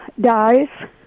dies